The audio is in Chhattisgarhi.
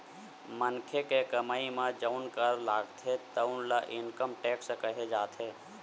मनखे के कमई म जउन कर लागथे तउन ल इनकम टेक्स केहे जाथे